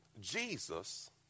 Jesus